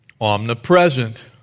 omnipresent